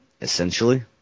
essentially